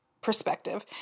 perspective